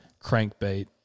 crankbait